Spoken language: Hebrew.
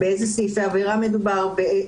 באיזה סעיפי עבירה מדובר,